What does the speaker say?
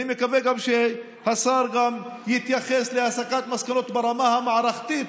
אני מקווה שהשר יתייחס גם להסקת מסקנות ברמה המערכתית,